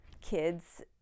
kids